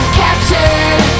captured